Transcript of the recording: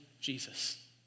Jesus